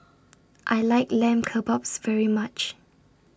I like Lamb Kebabs very much